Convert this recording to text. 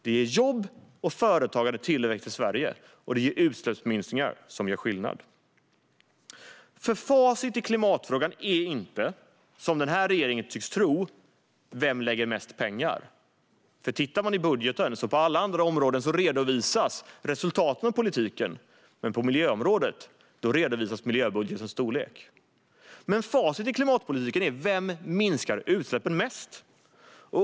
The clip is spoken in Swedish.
Det ger jobb, företagande och tillväxt till Sverige, och det ger utsläppsminskningar som gör skillnad. Facit i klimatfrågan är inte, som den här regeringen tycks tro, vem som lägger mest pengar. På alla andra områden i budgeten redovisas resultaten av politiken. Men på miljöområdet redovisas miljöbudgetens storlek. Facit i klimatpolitiken är vem som minskar utsläppen mest.